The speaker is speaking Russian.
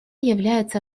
является